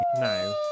no